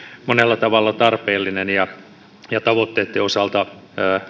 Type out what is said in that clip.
monella tavalla tarpeellinen ja ja tavoitteitten osalta